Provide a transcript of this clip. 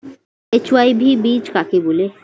HYV বীজ কাকে বলে?